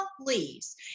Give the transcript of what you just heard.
please